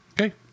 Okay